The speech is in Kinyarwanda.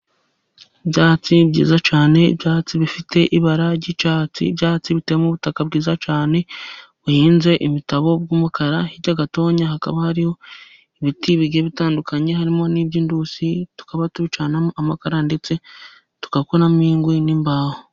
Ibyatsi byiza cyane, ibyatsi bifite ibara ry'icyatsi, ibyatsi biteye mu butaka bwiza cyane buhinze imitabo bw'umukara. Hirya gatoya, hakaba hariho ibiti bigiye bitandukanye, harimo n'iby'intusi. Tukaba tubicanamo amakara, ndetse tugakuramo inkwi n'imbaho.